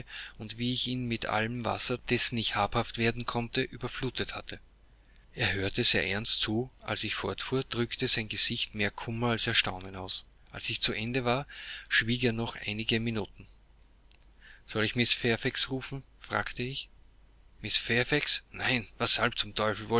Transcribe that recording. und wie ich ihn mit allem wasser dessen ich habhaft werden konnte überflutet hatte er hörte sehr ernst zu als ich fortfuhr drückte sein gesicht mehr kummer als erstaunen aus als ich zu ende war schwieg er noch einige minuten soll ich mrs fairfax rufen fragte ich mrs fairfax nein weshalb zum